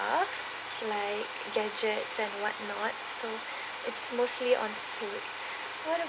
like gadgets and what not so it's mostly on food what